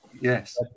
Yes